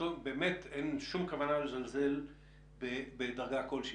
אין לנו שום כוונה לזלזל בדרגה כלשהי,